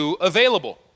available